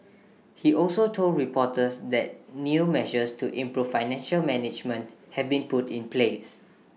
he also told reporters that new measures to improve financial management have been put in place